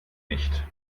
nicht